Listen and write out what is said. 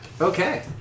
Okay